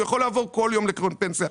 הוא יכול לעבור כל יום לקרן פנסיה.